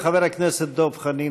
חבר הכנסת דב חנין,